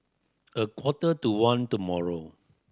a quarter to one tomorrow